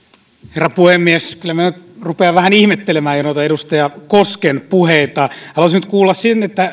herra puhemies kyllä minä nyt rupean vähän ihmettelemään jo noita edustaja kosken puheita haluaisin nyt kuulla sen